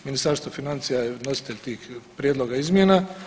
Ministarstvo financija je nositelj tih prijedloga izmjena.